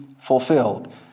fulfilled